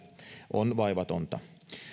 on vaivatonta